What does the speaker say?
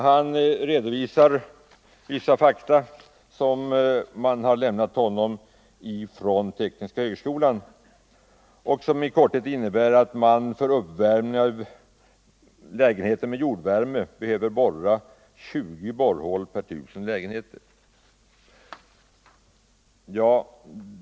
Han redovisar vissa fakta som har lämnats honom från Tekniska högskolan och som i korthet innebär att man för uppvärmning av lägenheter med jordvärme behöver borra 20 borrhål per 1000 lägenheter.